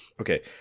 okay